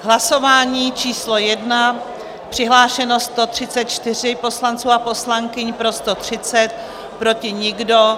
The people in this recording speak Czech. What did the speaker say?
Hlasování číslo 1, přihlášeno 134 poslanců a poslankyň, pro 130, proti nikdo.